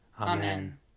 Amen